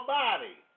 body